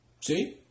See